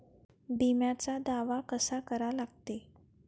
बिम्याचा दावा कसा करा लागते?